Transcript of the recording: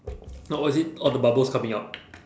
oh is it all the bubbles coming out